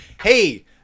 hey